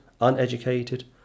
uneducated